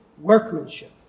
workmanship